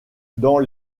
dans